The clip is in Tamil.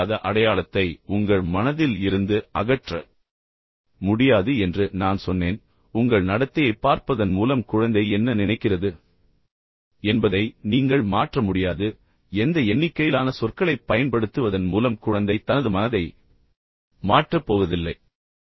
இந்த அழியாத அடையாளத்தை உங்கள் மனதில் இருந்து அகற்ற முடியாது என்று நான் சொன்னேன் உங்கள் நடத்தையைப் பார்ப்பதன் மூலம் குழந்தை என்ன நினைக்கிறது என்பதை நீங்கள் மாற்ற முடியாது எந்த எண்ணிக்கையிலான சொற்களைப் பயன்படுத்துவதன் மூலம் குழந்தை தனது மனதை மாற்றப் போவதில்லை